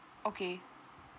okay